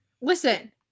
Listen